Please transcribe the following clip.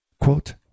Quote